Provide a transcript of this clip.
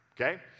okay